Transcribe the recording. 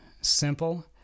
simple